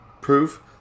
proof